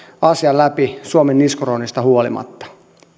asian läpi suomen niskuroinnista huolimatta